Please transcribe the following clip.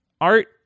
Art